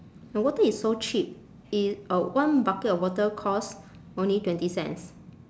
my water is so cheap it uh one bucket of water cost only twenty cents